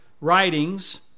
writings